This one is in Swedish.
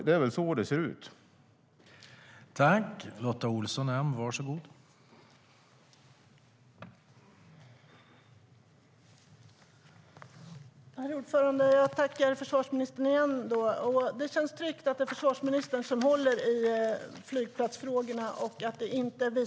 Det är så det ser ut.